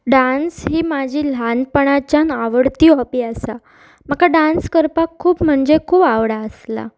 dance ही म्हाजी ल्हानपणाच्यान आवडती हॉबी आसा म्हाका डांस करपाक खूब म्हणजे खूब आवडा आसला